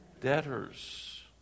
debtors